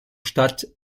stadt